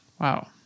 Wow